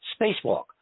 spacewalk